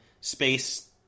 space